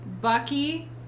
Bucky